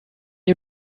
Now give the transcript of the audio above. you